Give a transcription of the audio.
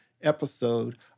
episode